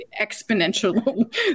exponential